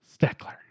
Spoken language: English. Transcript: Steckler